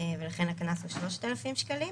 ולכן הקנס הוא 3,000 שקלים.